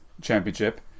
Championship